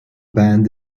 band